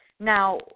now